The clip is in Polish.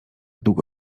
długo